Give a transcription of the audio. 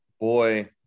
boy